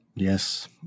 Yes